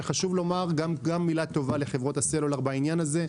וחשוב לומר גם מילה טובה לחברות הסלולר בעניין הזה.